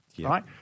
right